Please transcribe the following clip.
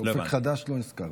אופק חדש, לא הזכרת.